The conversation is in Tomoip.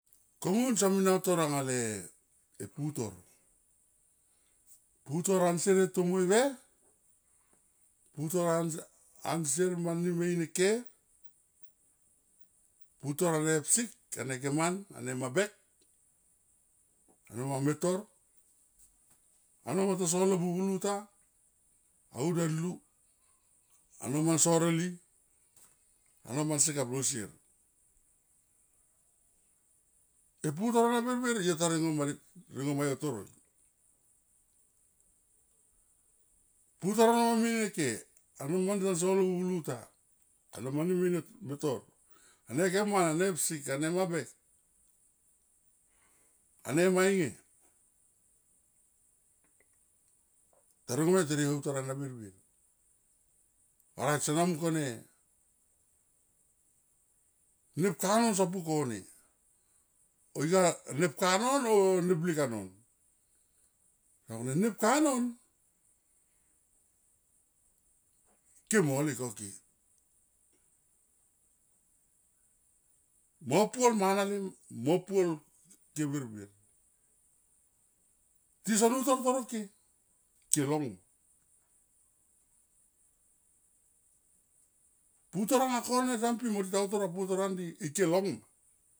Komun somi na utur ale putor, putor ansie e tomoive, putor ansier mani me in e ke, putor ane psik ane geman ane mabek ano manga me tor, ano manga toso li bung uluta au den lu, ano man sore li, ano mansi kaplo sier. E putor ana birbir yota ringo ma yo toroi. Putor ano manga me in eke ano mani tanso lo bung huluta, ano mami me tor ane geman ane psik ane mabek ane mai nge, ta ringo ma yo tere utor ana birbir, orait, sona mung kone mep ka non sopu kone, o ya nepka non o ne blik aron au ne nepka non ke mo lek o ke, mo pu va mana lem mo pual ke birbir tison utor toro ke, ke long ma putor anga kone son pi mo tita utor va putor andi ke long ma